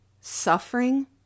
suffering